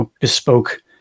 bespoke